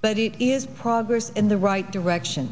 but it is progress in the right direction